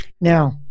now